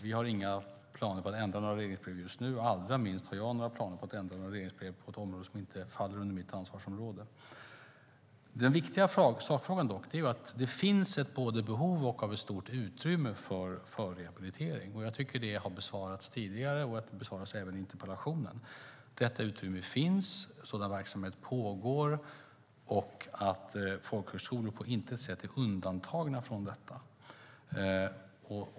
Vi har inga planer på att ändra några regleringsbrev just nu - allra minst har jag planer på att ändra några regleringsbrev på ett område som inte faller under mitt ansvarsområde. Den viktiga sakfrågan är dock att det finns både ett behov av och ett stort utrymme för förrehabilitering. Jag tycker att den frågan har besvarats tidigare, och den besvaras även i interpellationssvaret. Detta utrymme finns. Sådan verksamhet pågår. Folkhögskolor är inte på något sätt undantagna från detta.